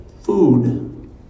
food